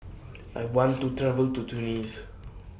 I want to travel to Tunis